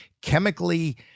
chemically